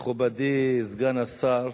מכובדי סגן השר,